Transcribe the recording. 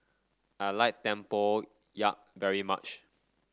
I like tempoyak very much